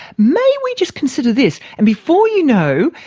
may we just consider this? and before you know,